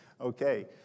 Okay